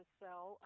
sell